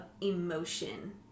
emotion